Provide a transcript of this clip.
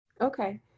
Okay